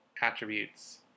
Attributes